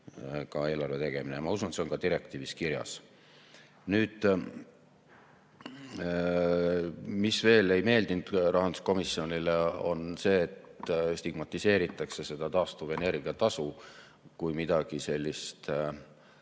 ka eelarve tegemine. Ma usun, et see on ka direktiivis kirjas. Mis veel ei meeldinud rahanduskomisjonile, on see, et stigmatiseeritakse seda taastuvenergia tasu kui midagi negatiivset.